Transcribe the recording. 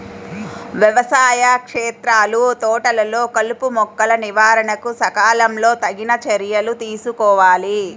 వ్యవసాయ క్షేత్రాలు, తోటలలో కలుపుమొక్కల నివారణకు సకాలంలో తగిన చర్యలు తీసుకోవాలి